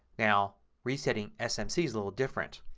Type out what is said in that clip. now resetting smc little different.